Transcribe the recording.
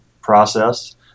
process